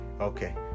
okay